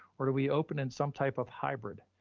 or do we open in some type of hybrid?